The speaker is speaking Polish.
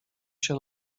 się